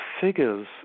figures